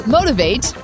Motivate